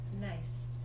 Nice